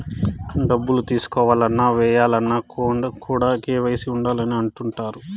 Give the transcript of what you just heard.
డబ్బులు తీసుకోవాలన్న, ఏయాలన్న కూడా కేవైసీ ఉండాలి అని అంటుంటారు